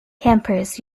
campers